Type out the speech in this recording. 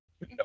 No